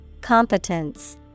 Competence